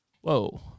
Whoa